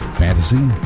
fantasy